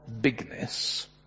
bigness